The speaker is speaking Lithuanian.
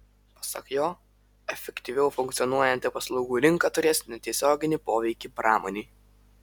pasak jo efektyviau funkcionuojanti paslaugų rinka turės netiesioginį poveikį pramonei